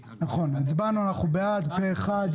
הצבענו, אנחנו בעד פה אחד.